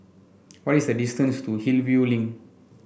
what is the distance to Hillview Link